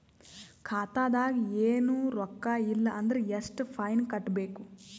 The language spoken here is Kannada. ಖಾತಾದಾಗ ಏನು ರೊಕ್ಕ ಇಲ್ಲ ಅಂದರ ಎಷ್ಟ ಫೈನ್ ಕಟ್ಟಬೇಕು?